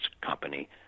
company